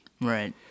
Right